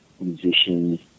musicians